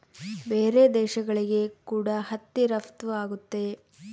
ಬೇರೆ ದೇಶಗಳಿಗೆ ಕೂಡ ಹತ್ತಿ ರಫ್ತು ಆಗುತ್ತೆ